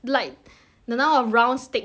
the number of rounds take very long